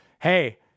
hey